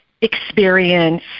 experience